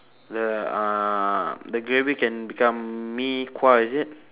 the uh the gravy can become mee kuah is it